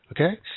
Okay